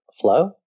flow